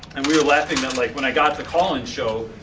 and we were laughing that like when i got the call-in show,